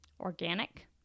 organic